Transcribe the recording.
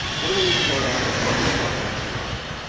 what do we need to vote on and let's talk about serious stuff